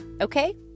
okay